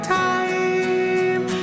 time